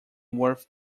worth